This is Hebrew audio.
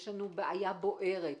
יש לנו בעיה בוערת.